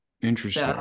interesting